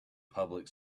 public